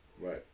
Right